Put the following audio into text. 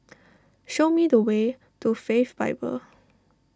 show me the way to Faith Bible